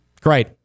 Great